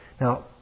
Now